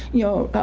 you know,